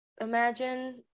Imagine